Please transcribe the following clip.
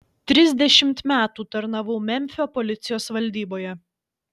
trisdešimt metų tarnavau memfio policijos valdyboje